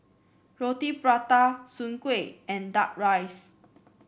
Roti Prata Soon Kway and duck rice